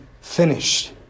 finished